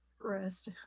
rest